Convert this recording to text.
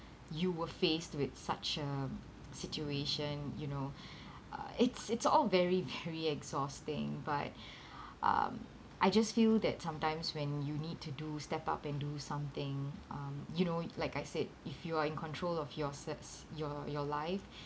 you were faced with such a situation you know uh it's it's all very very exhausting but um I just feel that sometimes when you need to do step up and do something um you know like I said if you are in control of your se~ your your life